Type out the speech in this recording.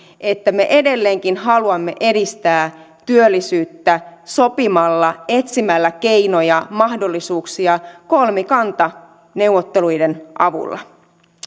että me edelleenkin haluamme edistää työllisyyttä sopimalla etsimällä keinoja mahdollisuuksia kolmikantaneuvotteluiden avulla